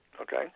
Okay